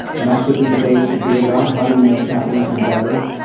and that's what the debate should be about, how do we make capitalism better?